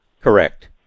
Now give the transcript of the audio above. Correct